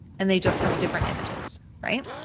and they just have different images, right?